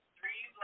Three